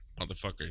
Motherfucker